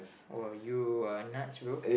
oh you are nuts bro